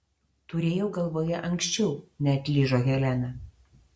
turėjau galvoje anksčiau neatlyžo helena